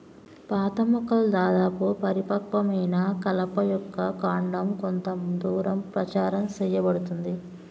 పాత మొక్కల దాదాపు పరిపక్వమైన కలప యొక్క కాండం కొంత దూరం ప్రచారం సేయబడుతుంది